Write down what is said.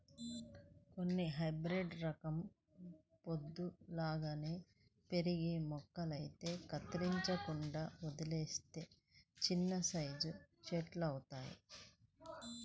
కొన్ని హైబ్రేడు రకం పొదల్లాగా పెరిగే మొక్కలైతే కత్తిరించకుండా వదిలేత్తే చిన్నసైజు చెట్టులంతవుతయ్